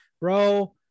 bro